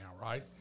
right